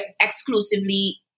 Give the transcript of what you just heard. exclusively